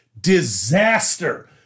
disaster